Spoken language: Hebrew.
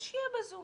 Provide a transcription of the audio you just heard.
אז שיהיה ב"זום".